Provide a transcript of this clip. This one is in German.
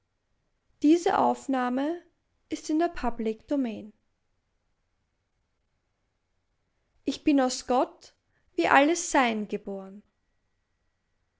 ich bin aus gott wie alles sein geboren